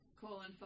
colon